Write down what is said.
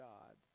God